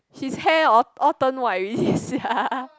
his hair all all turn white already sia